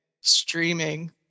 streaming